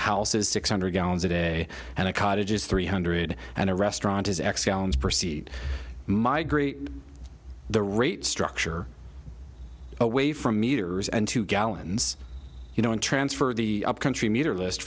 house is six hundred gallons a day and the cottage is three hundred and a restaurant is x proceed migrate the rate structure away from meters and two gallons you know and transfer the upcountry meter list